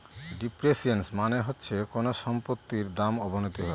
depreciation মানে হচ্ছে কোনো সম্পত্তির দাম অবনতি হওয়া